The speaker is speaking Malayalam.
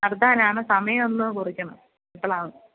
നടത്താനാണ് സമയം ഒന്ന് കുറിക്കണം എപ്പളാ